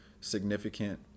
significant